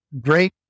great